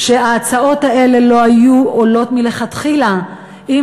שההצעות האלה לא היו עולות מלכתחילה אם